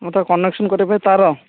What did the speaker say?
ମୁଁ ତା'କୁ କନେକ୍ସନ କରିବା ପାଇଁ ତାର